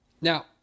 Now